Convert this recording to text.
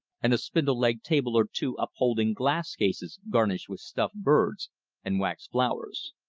and a spindle-legged table or two upholding glass cases garnished with stuffed birds and wax flowers.